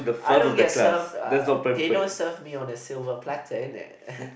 I don't get served uh they don't serve me on a silver plater in it